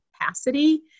capacity